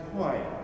quiet